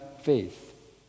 faith